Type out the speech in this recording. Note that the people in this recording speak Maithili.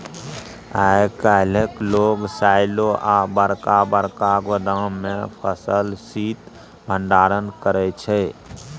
आइ काल्हि लोक साइलो आ बरका बरका गोदाम मे फसलक शीत भंडारण करै छै